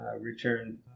return